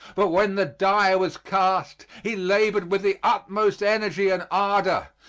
but when the die was cast, he labored with the utmost energy and ardor,